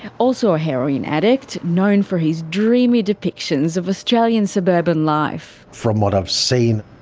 also a heroin addict. known for his dreamy depictions of australian suburban life. from what i've seen.